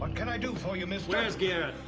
can i do for you, mister? where's garrett,